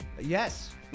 Yes